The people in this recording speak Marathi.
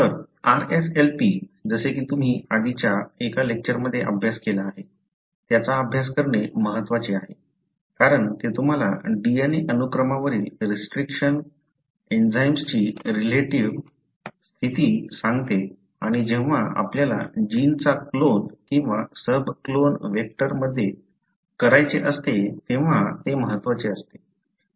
तर RFLP जसे की तुम्ही आधीच्या एका लेक्चरमध्ये अभ्यास केला आहे त्याचा अभ्यास करणे महत्त्वाचे आहे कारण ते तुम्हाला DNA अनुक्रमावरील रिस्ट्रिक्शन एन्झाईम्सची रिलेटिव्ह स्थिती सांगते आणि जेव्हा आपल्याला जीनचा क्लोन किंवा सब क्लोन व्हेक्टर मध्ये करायचे असते तेव्हा ते महत्त्वाचे असते